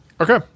Okay